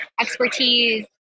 expertise